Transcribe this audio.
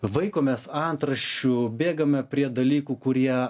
vaikomės antraščių bėgame prie dalykų kurie